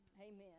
Amen